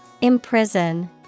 Imprison